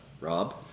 Rob